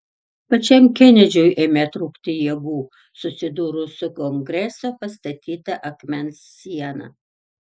pačiam kenedžiui ėmė trūkti jėgų susidūrus su kongreso pastatyta akmens siena